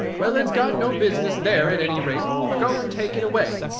well, it's got no business there, at any rate go and take it away!